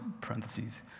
parentheses